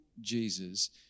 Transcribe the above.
Jesus